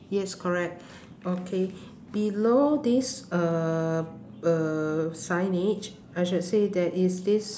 yes correct okay below this um uh signage I should say there is this